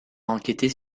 enquêter